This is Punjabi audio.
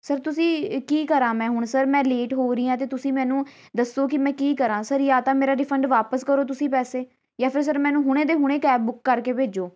ਸਰ ਤੁਸੀਂ ਕੀ ਕਰਾ ਮੈਂ ਹੁਣ ਸਰ ਮੈਂ ਲੇਟ ਹੋ ਰਹੀ ਹਾਂ ਅਤੇ ਤੁਸੀਂ ਮੈਨੂੰ ਦੱਸੋ ਕਿ ਮੈਂ ਕੀ ਕਰਾਂ ਸਰ ਜਾਂ ਤਾਂ ਮੇਰਾ ਰਿਫੰਡ ਵਾਪਸ ਕਰੋ ਤੁਸੀਂ ਪੈਸੇ ਜਾਂ ਫਿਰ ਸਰ ਮੈਨੂੰ ਹੁਣੇ ਦੇ ਹੁਣੇ ਕੈਬ ਬੁੱਕ ਕਰਕੇ ਭੇਜੋ